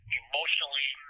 emotionally